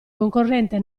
concorrente